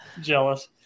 Jealous